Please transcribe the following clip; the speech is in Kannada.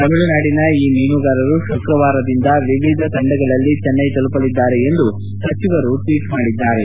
ತಮಿಳುನಾಡಿನ ಈ ಮೀನುಗಾರರು ಶುಕ್ರವಾರದಿಂದ ವಿವಿಧ ತಂಡಗಳಲ್ಲಿ ಚೆನ್ನೈ ತಲುಪಲಿದ್ದಾರೆ ಎಂದು ಸಚಿವರು ಟ್ಲೀಟ್ ಮಾಡಿದ್ದಾರೆ